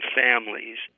families